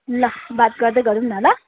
ल बात गर्दै गरौँ न ल